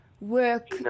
Work